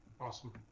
awesome